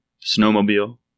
snowmobile